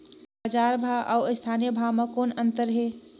बजार भाव अउ स्थानीय भाव म कौन अन्तर हे?